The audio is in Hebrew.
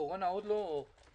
הקורונה עוד לא נגמרה.